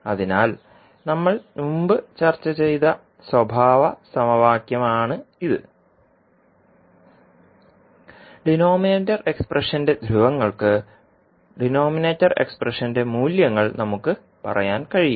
അതിനാൽ നമ്മൾ മുമ്പ് ചർച്ച ചെയ്ത സ്വഭാവ സമവാക്യമാണിത് ഡിനോമിനേറ്റർ എക്സ്പ്രഷന്റെ ധ്രുവങ്ങൾക്ക് ഡിനോമിനേറ്റർ എക്സ്പ്രഷന്റെ മൂല്യങ്ങൾ നമുക്ക് പറയാൻ കഴിയും